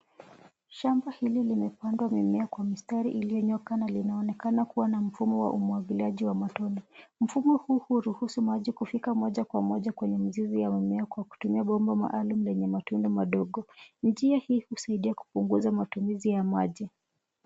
Shamba hili limepandwa mimea kwa mistari ilionyooka na linaonekana kuwa mfumo wa umwagiliaji wa matone. Mfumo huu huruhusu maji kufika moja kwa moja kwenye mizizi ya mimea kwa kutumia bomba maalum lenye matone madogo. Njia hii husaidia kupunguza matumizi ya maji.